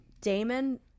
damon